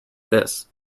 this